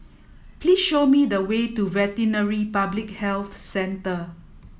please show me the way to Veterinary Public Health Centre